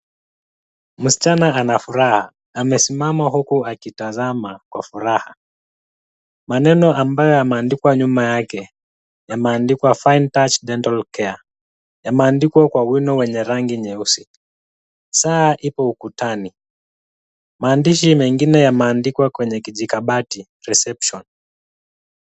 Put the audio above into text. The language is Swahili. Msichana ana furaha. Amesimama huku akitazama kwa furaha. Maneno ambayo yameandikwa nyuma yake, yameandikwa Fine Touch dental care . Yameandikwa kwa wino wenye rangi nyeusi. Saa ipo ukutani. Maandishi mengine yameandikwa kwenye kijikabati reception .